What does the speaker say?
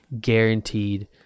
Guaranteed